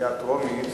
בקריאה טרומית